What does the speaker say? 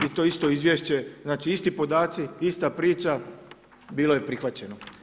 I to isto izvješće, znači isti podaci, ista priča bilo je prihvaćeno.